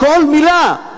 כל מלה.